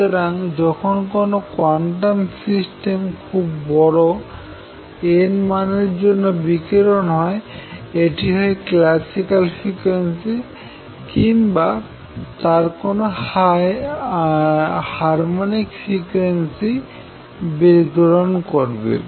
সুতরাং যখন কোন কোয়ান্টাম সিস্টেম খুব বড় n এর মানের জন্য বিকিরণ করে এটি হয় ক্লাসিক্যাল ফ্রিকোয়েন্সি কিংবা তার কোনো হার্মনিক ফ্রিকোয়েন্সিতে বিকিরণ করবে